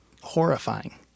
horrifying